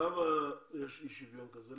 למה יש אי שוויון כזה?